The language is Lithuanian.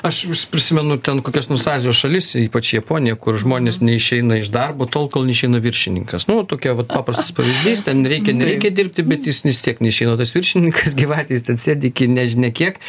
aš vis prisimenu ten kokias nors azijos šalis ypač japoniją kur žmonės neišeina iš darbo tol kol neišeina viršininkas nu tokia vat paprastas pavyzdys ten reikia nereikia dirbti bet jis vis tiek neišeina tas viršininkas gyvatė jis ten sėdi iki nežinia kiek